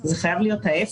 זה חייב להיות ההיפך.